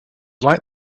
like